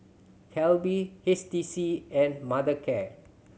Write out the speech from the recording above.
Calbee H T C and Mothercare